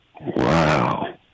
Wow